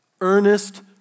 Earnest